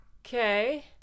Okay